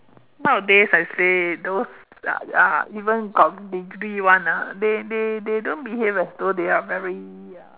nowadays I say those uh uh even got degree [one] ah they they they don't behave as though they are very uh